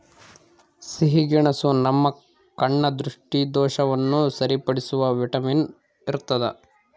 ಸಿಹಿಗೆಣಸು ನಮ್ಮ ಕಣ್ಣ ದೃಷ್ಟಿದೋಷವನ್ನು ಸರಿಪಡಿಸುವ ವಿಟಮಿನ್ ಇರ್ತಾದ